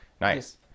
nice